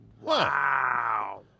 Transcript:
Wow